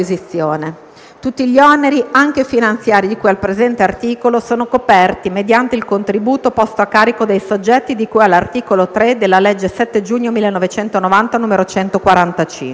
Tutti gli oneri anche finanziari di cui al presente articolo sono coperti mediante il contributo posto a carico dei soggetti di cui all'articolo 3 della legge 7 giugno 1990, n. 145.";